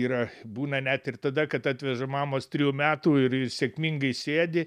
yra būna net ir tada kad atveža mamos trejų metų ir sėkmingai sėdi